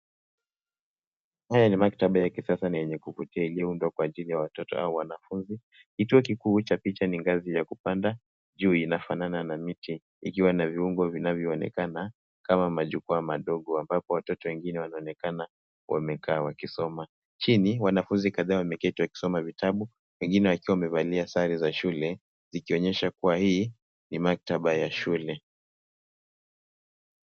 Haya ni maktaba ya kisasa na yenye kuvutia iliyoundwa kwa ajili ya watoto au wanafunzi. Kituo kikuu cha picha ni ngazi ya kupanda juu inafanana na miti ikiwa na viungo vinavyoonekana kama majukwaa madogo ambapo watoto wengine wanaonekana wamekaa wakisoma. Chini, wanafunzi kadhaa wameketi wakisoma vitabu, wengine wakiwa wamevalia sare za shule zikionyesha kuwa hii ni maktaba ya shule.